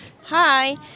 Hi